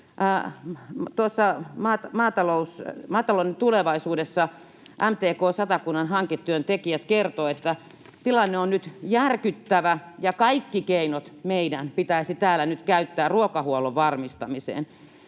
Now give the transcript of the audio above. Maaseudun Tulevaisuudessa MTK-Satakunnan hanketyöntekijät kertovat, että tilanne on nyt järkyttävä ja kaikki keinot meidän pitäisi täällä nyt käyttää ruokahuollon varmistamiseen.